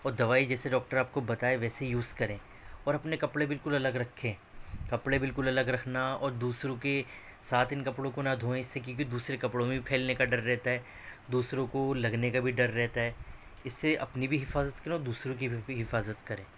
اور دوائی جیسے ڈوکٹر آپ کو بتائے ویسے یوز کریں اور اپنے کپڑے بالکل الگ رکھیں کپڑے بالکل الگ رکھنا اور دوسروں کے ساتھ اِن کپڑوں کو نہ دھوئیں اِس سے کیوں کہ دوسرے کپڑوں میں بھی پھیلنے کا ڈر رہتا ہے دوسروں کو لگنے کا بھی ڈر رہتا ہے اِس سے اپنی بھی حفاظت کرو اور دوسروں کی بھی حفاظت کریں